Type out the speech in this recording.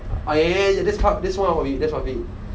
ah ya ya this part this is how I this is how I flip